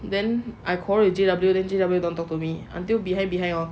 then I quarrel with J_W then J_W don't talk to me until behind behind hor